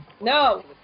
No